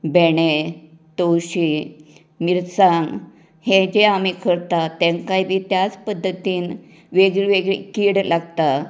भेंडे तवशीं मिरसांग हे जे आमी करतात तेंकाय बी त्याच पध्दतीन वेगळी वेगळी कीड लागतां